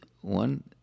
one